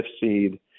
seed